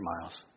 miles